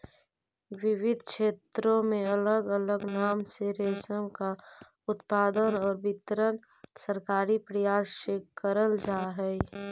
विविध क्षेत्रों में अलग अलग नाम से रेशम का उत्पादन और वितरण सरकारी प्रयास से करल जा हई